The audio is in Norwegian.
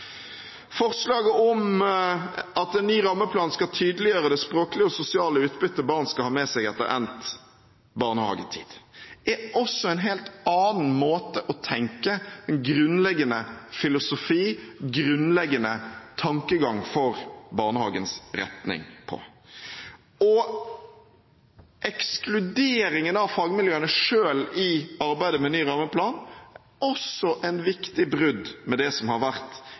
Forslaget om at en ny rammeplan skal tydeliggjøre det språklige og sosiale utbyttet barn skal ha med seg etter endt barnehagetid, er også en helt annen måte å tenke på – en grunnleggende filosofi, en grunnleggende tankegang for barnehagens retning. Ekskluderingen av fagmiljøene selv i arbeidet med ny rammeplan er også et viktig brudd med det som har vært